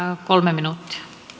kolme minuuttia